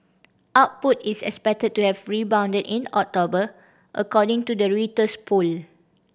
output is expected to have rebounded in October according to the Reuters poll